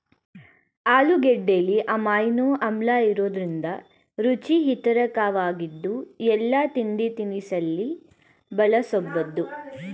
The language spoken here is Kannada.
ಆಲೂಗೆಡ್ಡೆಲಿ ಅಮೈನೋ ಆಮ್ಲಇರೋದ್ರಿಂದ ರುಚಿ ಹಿತರಕವಾಗಿದ್ದು ಎಲ್ಲಾ ತಿಂಡಿತಿನಿಸಲ್ಲಿ ಬಳಸ್ಬೋದು